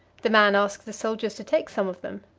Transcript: the man asked the soldiers to take some of them.